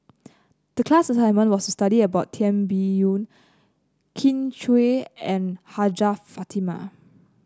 the class assignment was to study about Tan Biyun Kin Chui and Hajjah Fatimah